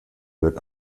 wird